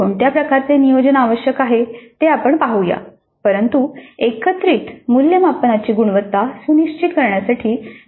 कोणत्या प्रकारचे नियोजन आवश्यक आहे ते आपण पाहूया परंतु एकत्रित मूल्यमापनाची गुणवत्ता सुनिश्चित करण्यासाठी ते आवश्यक आहे